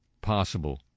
possible